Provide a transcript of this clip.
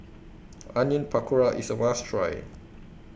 Onion Pakora IS A must Try